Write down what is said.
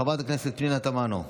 חברת הכנסת פנינה תמנו,